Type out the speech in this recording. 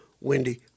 wendy